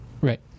Right